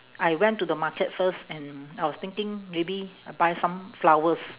I went to the market first and I was thinking maybe I buy some flowers